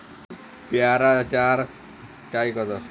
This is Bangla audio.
পেয়ারা চার টায় কত?